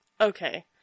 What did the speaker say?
Okay